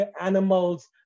animals